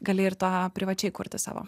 gali ir tą privačiai kurti savo